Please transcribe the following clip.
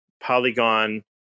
Polygon